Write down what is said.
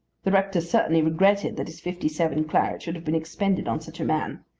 the rector certainly regretted that his fifty seven claret should have been expended on such a man.